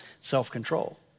self-control